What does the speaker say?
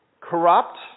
corrupt